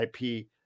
ip